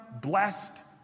blessed